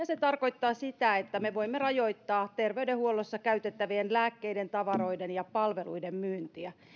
se tarkoittaa sitä että me voimme rajoittaa terveydenhuollossa käytettävien lääkkeiden tavaroiden ja palveluiden myyntiä